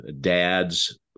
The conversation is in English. dad's